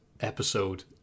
episode